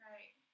Right